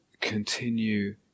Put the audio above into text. continue